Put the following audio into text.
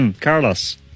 Carlos